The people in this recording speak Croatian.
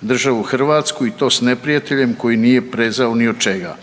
državu Hrvatsku i to sa neprijateljem koji nije prezao ni od čega.